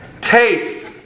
Taste